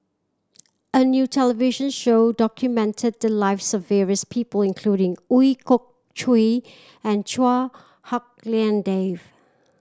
a new television show documented the lives of various people including Ooi Kok Chuen and Chua Hak Lien Dave